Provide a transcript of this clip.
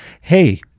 Hey